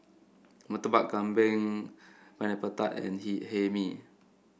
Murtabak Kambing Pineapple Tart and he Hae Mee